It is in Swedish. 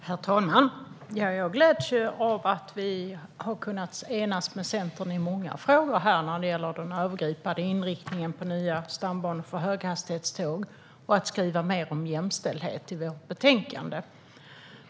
Herr talman! Jag gläds åt att vi har kunnat enas med Centern i många frågor när det gäller den övergripande inriktningen på den nya stambanan för höghastighetståg och att skriva mer om jämställdhet i vårt betänkande.